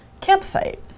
Campsite